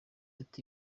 ati